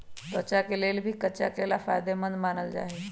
त्वचा के लेल भी कच्चा केला फायेदेमंद मानल जाई छई